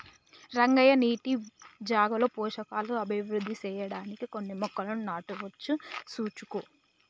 రంగయ్య నీటి జాగాలో పోషకాలు అభివృద్ధి సెయ్యడానికి కొన్ని మొక్కలను నాటవచ్చు సూసుకో